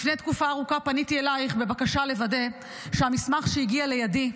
לפני תקופה ארוכה פניתי אלייך בבקשה לוודא שהמסמך שהגיע לידי,